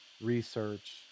research